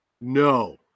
No